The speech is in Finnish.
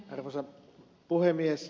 pidän ed